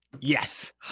Yes